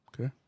Okay